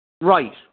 Right